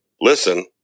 listen